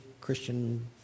Christian